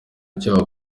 icyo